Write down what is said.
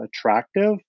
attractive